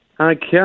Okay